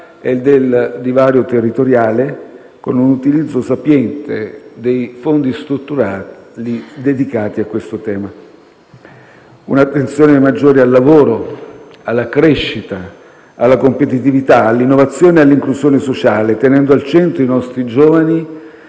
e del divario territoriale, con un utilizzo sapiente dei fondi strutturali dedicati a questo tema; un'attenzione maggiore al lavoro, alla crescita, alla competitività, all'innovazione e all'inclusione sociale, tenendo al centro i nostri giovani